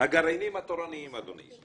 הגרעינים התורניים, אדוני.